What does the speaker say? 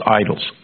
idols